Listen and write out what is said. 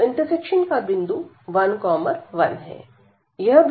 तो इंटरसेक्शन का बिंदु 11 है